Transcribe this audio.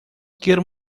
quero